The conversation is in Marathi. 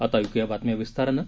आता ऐकूया बातम्या विस्तारानं